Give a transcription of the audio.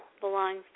belongs